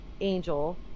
angel